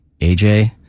AJ